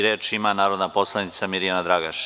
Reč ima narodna poslanica Mirjana Dragaš.